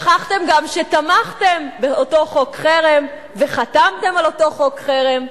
שכחתם גם שתמכתם באותו חוק חרם וחתמתם על אותו חוק חרם.